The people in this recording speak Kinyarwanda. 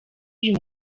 uyu